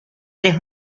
tres